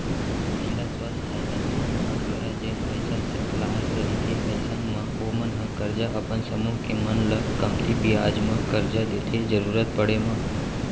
महिला स्व सहायता समूह मन करा जेन पइसा सकलाय रहिथे अइसन म ओमन ह करजा अपन समूह के मन ल कमती बियाज म करजा देथे जरुरत पड़े म